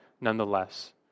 nonetheless